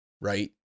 right